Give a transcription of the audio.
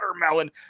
watermelon